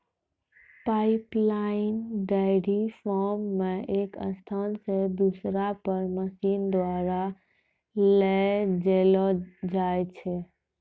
pipeline dairy farm मे एक स्थान से दुसरा पर मशीन द्वारा ले जैलो जाय छै